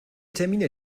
termine